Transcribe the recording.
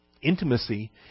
intimacy